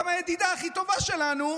גם הידידה הכי טובה שלנו,